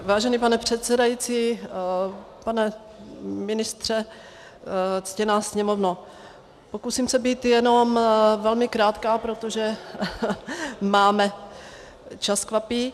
Vážený pane předsedající, pane ministře, ctěná Sněmovno, pokusím se být jenom velmi krátká, protože čas kvapí.